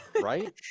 Right